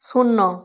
শূন্য